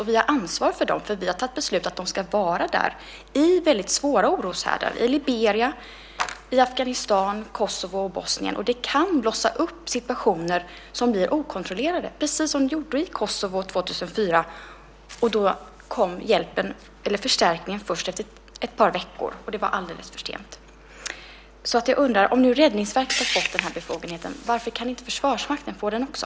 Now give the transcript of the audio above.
Och vi har ansvar för dem, för vi har tagit beslut om att de ska vara där, i väldigt svåra oroshärdar, i Liberia, Afghanistan, Kosovo och Bosnien. Det kan blossa upp situationer som blir okontrollerade, precis som det gjorde i Kosovo 2004. Då kom förstärkningen först efter ett par veckor, och det var alldeles för sent. Så jag undrar: Om nu Räddningsverket har fått den här befogenheten, varför kan inte Försvarsmakten få den också?